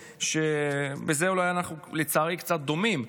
ובזה אנחנו לצערי קצת דומים,